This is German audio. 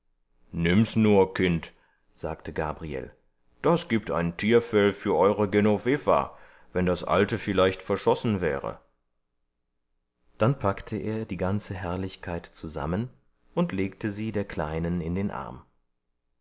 nimm's nur kind sagte gabriel das gibt ein tierfell für euere genoveva wenn das alte vielleicht verschossen wäre dann packte er die ganze herrlichkeit zusammen und legte sie der kleinen in den arm